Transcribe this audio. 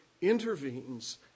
intervenes